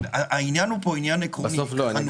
העניין פה הוא עניין עקרוני --- לא,